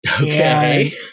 Okay